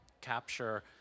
capture